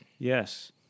Yes